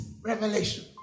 revelation